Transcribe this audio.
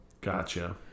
gotcha